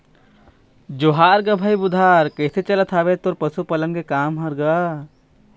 जोहार गा भाई बुधार कइसे चलत हवय तोर पशुपालन के काम ह गा?